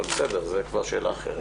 אבל זו כבר שאלה אחרת.